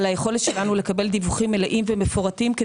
היכולת שלנו לקבל דיווחים מלאים ומפורטים.